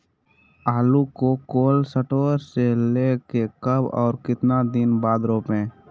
आलु को cold store से ले के कब और कितना दिन बाद रोपे?